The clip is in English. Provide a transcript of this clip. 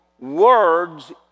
Words